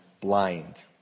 blind